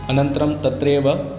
अनन्तरं तत्रैव